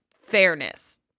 fairness